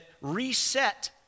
reset